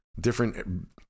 different